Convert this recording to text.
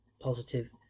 positive